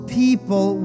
people